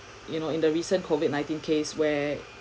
you know in the recent COVID nineteen case where